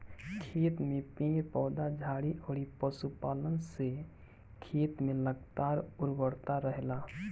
खेत में पेड़ पौधा, झाड़ी अउरी पशुपालन से खेत में लगातार उर्वरता रहेला